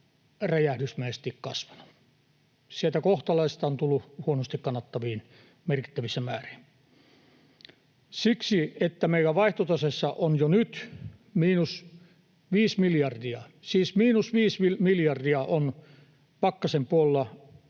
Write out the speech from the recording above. räjähdysmäisesti kasvanut. Sieltä kohtalaisista on tullut huonosti kannattaviin merkittävissä määrin. Meidän vaihtotase on jo nyt miinus viisi miljardia. Siis viisi miljardia on pakkasen puolella